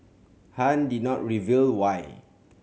Han did not reveal why